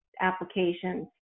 applications